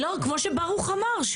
לא, כמו שברוך אמר.